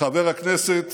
חבר הכנסת